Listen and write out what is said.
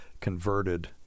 converted